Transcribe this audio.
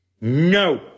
no